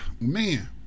man